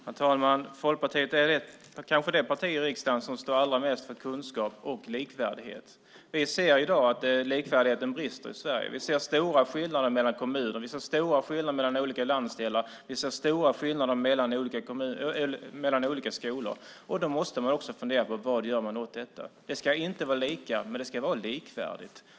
Herr talman! Folkpartiet är kanske det parti i riksdagen som står allra mest för kunskap och likvärdighet. Vi ser i dag att likvärdigheten brister i Sverige. Vi ser stora skillnader mellan kommuner. Vi ser stora skillnader mellan olika landsdelar. Vi ser stora skillnader mellan olika skolor. Då måste man fundera på vad man gör åt det. Det ska inte vara lika, men det ska vara likvärdigt.